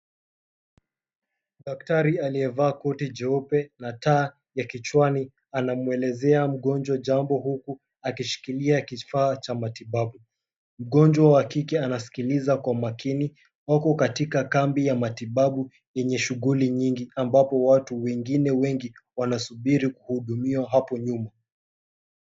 Daktari aliyevaa koti jeupe na taa ya kichwani anamwelezea mgonjwa jambo, huku akishikilia kifaa cha matibabu, mgonjwa wa kike anasikiliza kwa makini. Wako katika kambi ya matibabu yenye shughuli nyingi, ambapo watu wengine wengi wanasubiri kuhudumiwa hapo nyuma.